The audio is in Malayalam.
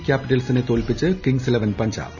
ക്യാപിറ്റൽസിനെ തോൽപ്പിച്ച് കിങ്സ് ഇലവൻ പഞ്ചാബ്